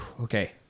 Okay